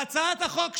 בהצעת החוק שלי,